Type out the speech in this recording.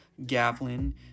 Gavlin